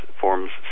forms